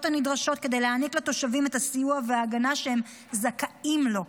הנדרשות כדי להעניק לתושבים את הסיוע וההגנה שהם זכאים להם.